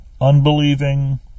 unbelieving